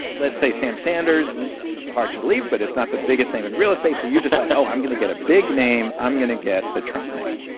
let's say sam sanders hard to believe, but it's not the biggest name in real estate so you're just like, oh, i'm going to get a big name. i'm going to get the trump name.